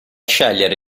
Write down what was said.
scegliere